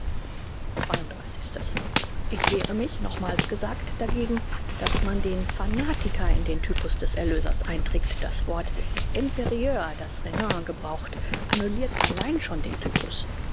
ich wehre mich nochmals gesagt dagegen daß man den fanatiker in den typus des erlösers einträgt das wort imprieux das renan gebraucht annullirt allein schon den typus